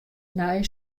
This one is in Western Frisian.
nei